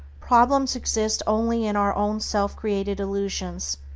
problems exist only in our own self-created illusions,